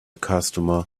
customer